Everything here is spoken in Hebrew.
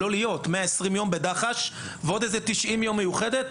120 ימים בדח"ש ועוד 90 ימי מיוחדת.